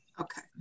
Okay